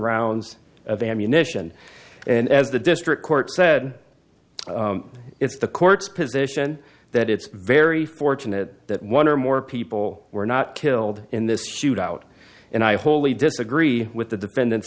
rounds of ammunition and as the district court said it's the court's position that it's very fortunate that one or more people were not killed in this shootout and i wholly disagree with the defendant